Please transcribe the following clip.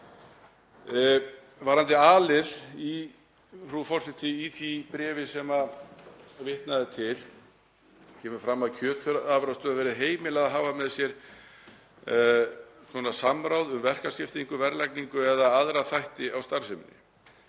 Varðandi a-lið í því bréfi sem vitnað er til kemur fram að kjötafurðastöðvum verði heimilað að hafa með sér samráð um verkaskiptingu, verðlagningu eða aðra þætti í starfseminni.